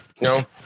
No